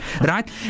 Right